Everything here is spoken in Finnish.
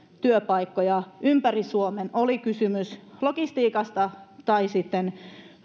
työpaikkoja ympäri suomen oli kysymys logistiikasta tai sitten